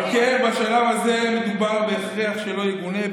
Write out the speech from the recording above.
על כן, בשלב הזה מדובר בהכרח לא יגונה.